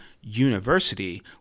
university